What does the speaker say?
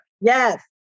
Yes